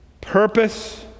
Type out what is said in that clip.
purpose